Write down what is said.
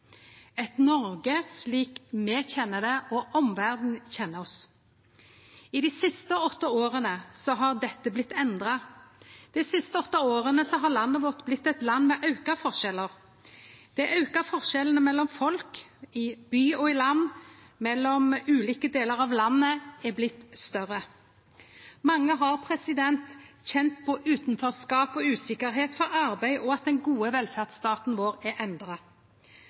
eit Noreg slik me kjenner det, og slik omverda kjenner oss. I dei siste åtte åra har dette blitt endra. Dei siste åtte åra har landet vårt blitt eit land med auka forskjellar. Forskjellane mellom folk i by og land og mellom ulike delar av landet er blitt større. Mange har kjent på utanforskap og usikkerheit for arbeid og at den gode velferdsstaten vår er endra.